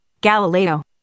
Galileo